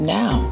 now